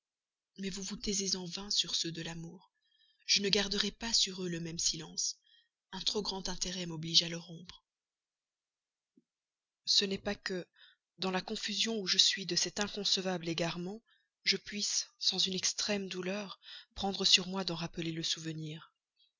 mais vous vous taisez en vain sur ceux de l'amour je ne garderai pas sur eux le même silence un trop grand intérêt m'oblige à le rompre ce n'est pas que dans la confusion où je suis de cet inconcevable égarement je puisse sans une extrême douleur prendre sur moi d'en rappeler le souvenir